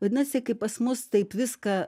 vadinasi kaip pas mus taip viską